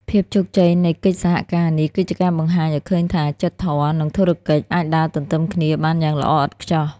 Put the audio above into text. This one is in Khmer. ភាពជោគជ័យនៃកិច្ចសហការនេះ គឺជាការបង្ហាញឱ្យឃើញថា "ចិត្តធម៌" និង "ធុរកិច្ច" អាចដើរទន្ទឹមគ្នាបានយ៉ាងល្អឥតខ្ចោះ។